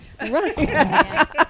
Right